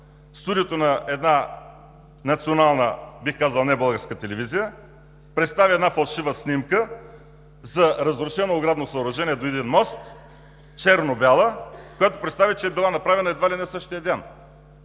студиото на една национална, бих казал, небългарска телевизия, представи една фалшива снимка за разрушено оградно съоръжение до един мост – черно-бяла, която била направена едва ли не същия ден.